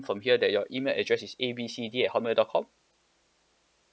from here that your email address is A B C D at hotmail dot com